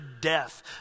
death